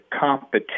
competition